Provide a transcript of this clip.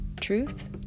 truth